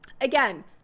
again